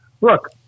look